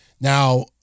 Now